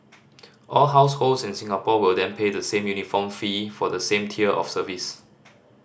all households in Singapore will then pay the same uniform fee for the same tier of service